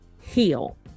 heal